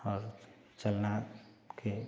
और चलना के